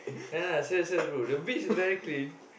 no no serious serious bro the beach is very clean